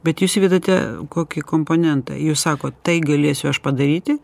bet jūs įvedate kokį komponentą jūs sakot tai galėsiu aš padaryti